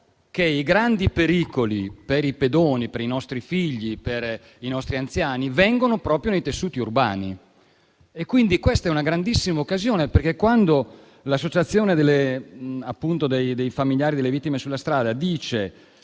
che i maggiori pericoli per i pedoni, per i nostri figli e per i nostri anziani si trovano proprio nei tessuti urbani. Questa era una grandissima occasione. Quando l'associazione dei familiari delle vittime della strada dice